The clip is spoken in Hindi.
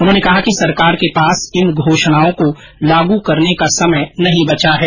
उन्होंने कहा कि सरकार के पास इन घोषणाओं को लागू करने का समय नहीं बचा है